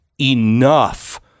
enough